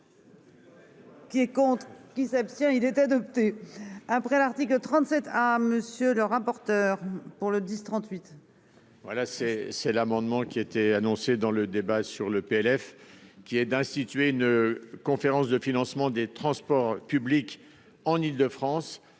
Qui est contre qui s'abstient il est adopté. Après l'article 37 à monsieur le rapporteur pour le 10 38. De la. Voilà c'est c'est l'amendement qui était annoncé dans le débat sur le PLF qui est d'instituer une conférence de financement des transports publics en Île-de-France